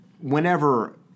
whenever